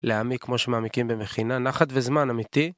להעמיק כמו שמעמיקים במכינה נחת וזמן אמיתי